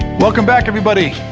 welcome back everybody.